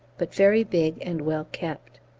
but very big and well kept.